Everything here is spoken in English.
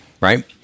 right